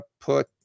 put